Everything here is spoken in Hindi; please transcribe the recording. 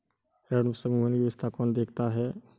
ऋण समूहन की व्यवस्था कौन देखता है?